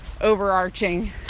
overarching